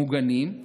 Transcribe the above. מוגנים,